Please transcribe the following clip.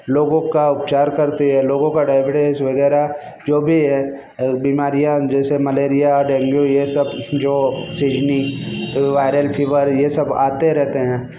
लोगों का उपचार करती है लोगों का डायबिटीज वगैरह जो भी है बीमारियाँ जैसे मलेरिया डेंगू जो सीजनिंग वायरल फीवर जो आते रहते हैं